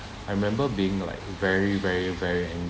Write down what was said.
I remember being like very very very